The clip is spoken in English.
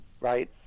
Right